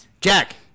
jack